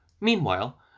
Meanwhile